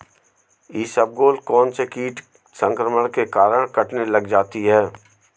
इसबगोल कौनसे कीट संक्रमण के कारण कटने लग जाती है?